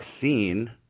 seen